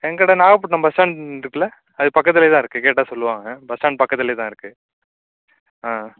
என் கடை நாகப்பட்டினம் பஸ் ஸ்டாண்ட்டிருக்குல்ல அது பக்கத்திலே தான் இருக்குது கேட்டால் சொல்லுவாங்க பஸ் ஸ்டாண்ட் பக்கத்திலே தான் இருக்குது ஆ